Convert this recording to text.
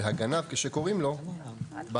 והגנב, כשקוראים לו, בא